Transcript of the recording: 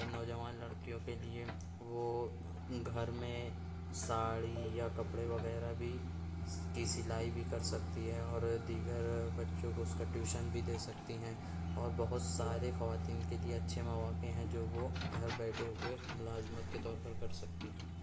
نوجوان لڑکیوں کے لیے وہ گھر میں ساڑی یا کپڑے وغیرہ بھی کی سلائی بھی کر سکتی ہے اور دیگر بچّوں کو اس کا ٹیوشن بھی دے سکتی ہیں اور بہت سارے خواتین کے لیے اچّھے مواقع ہیں جو وہ گھر بیٹھے ہوئے ملازمت کے طور پر کر سکتی ہیں